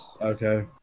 Okay